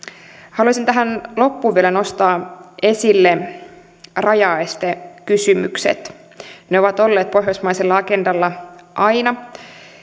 haluaisin tähän loppuun vielä nostaa esille rajaestekysymykset ne ovat olleet pohjoismaisella agendalla aina